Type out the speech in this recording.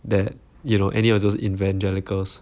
that you know any of those evangelicals